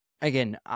Again